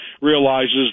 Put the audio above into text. realizes